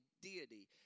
deity